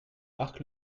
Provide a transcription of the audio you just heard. marc